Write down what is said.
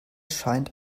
scheint